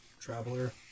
traveler